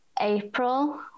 April